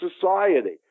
society